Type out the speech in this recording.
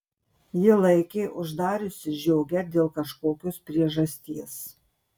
ji laikė uždariusi žiogę dėl kažkokios priežasties